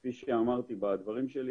כפי שאמרתי בדבריי,